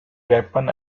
weapon